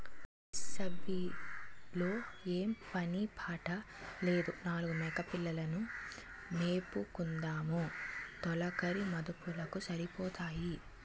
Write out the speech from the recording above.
వేసవి లో ఏం పని పాట లేదు నాలుగు మేకపిల్లలు ను మేపుకుందుము తొలకరి మదుపులకు సరిపోతాయి